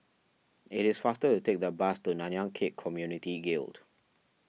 it is faster to take the bus to Nanyang Khek Community Guild